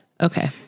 Okay